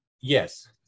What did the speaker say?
yes